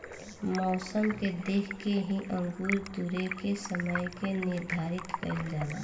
मौसम के देख के ही अंगूर तुरेके के समय के निर्धारित कईल जाला